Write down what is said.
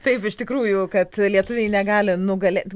taip iš tikrųjų kad lietuviai negali nugalėt